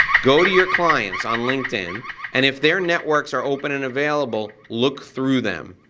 go to your clients on linkedin and if their networks are open and available, look through them.